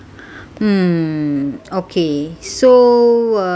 hmm okay so uh